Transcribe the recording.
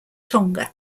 tonga